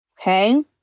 okay